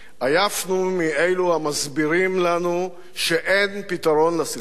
עייפנו מאלו המסבירים לנו שאין פתרון לסכסוך,